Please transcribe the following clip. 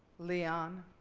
leon.